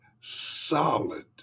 solid